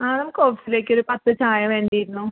ആ നമുക്ക് ഓഫീസിലേക്ക് ഒരു പത്ത് ചായ വേണ്ടിയിരുന്നു